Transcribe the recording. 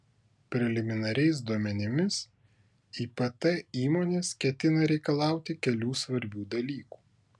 preliminariais duomenimis ipt įmonės ketina reikalauti kelių svarbių dalykų